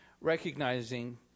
recognizing